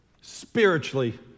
spiritually